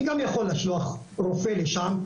אני גם יכול לשלוח רופא לשם,